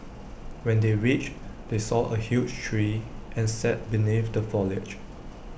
when they reached they saw A huge tree and sat beneath the foliage